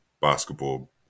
basketball